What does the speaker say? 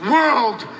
World